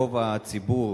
רוב הציבור,